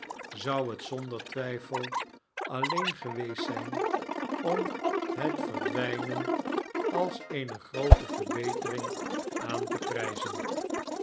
zou het zonde r twijfel alleen geweest zijn om het verdwijnen als eene groote yerbetering aan te prijzen